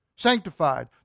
sanctified